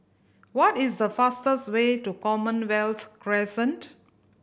what is the fastest way to Commonwealth Crescent